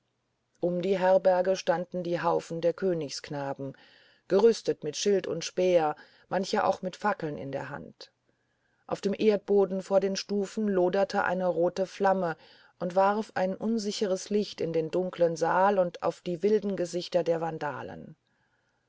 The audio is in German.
um die herberge standen die haufen der königsknaben gerüstet mit schild und speer manche auch mit fackeln in der hand auf dem erdboden vor den stufen loderte eine rote flamme und warf ein unsicheres licht in den dunkeln saal und auf die wilden gesichter der vandalen